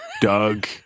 Doug